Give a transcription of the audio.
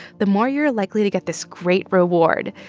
the more you're likely to get this great reward,